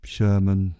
Sherman